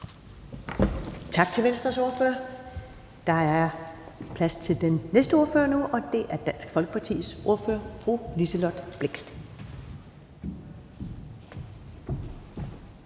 Tak til Venstres ordfører. Der er plads til den næste ordfører nu, og det er Dansk Folkepartis ordfører, fru Liselott Blixt.